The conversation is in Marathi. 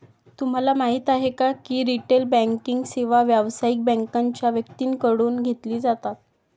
तुम्हाला माहिती आहे का की रिटेल बँकिंग सेवा व्यावसायिक बँकांच्या व्यक्तींकडून घेतली जातात